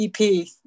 ep